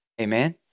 Amen